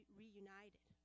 reunited